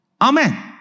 Amen